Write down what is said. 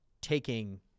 taking